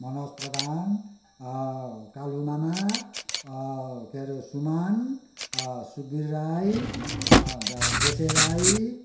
मनोज प्रधान कालु मामा क्यारे सुमान सुकवीर राई द देसे राई